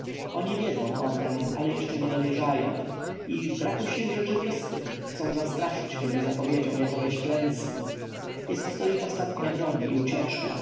oni wiedzą o tem ale jeszcze nie dowierzają i w braku sił rzeczywistych chcą zastraszyć mnie zapowiedzią jakowejś klęski jest to ich ostatnia broń i ucieczka